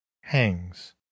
hangs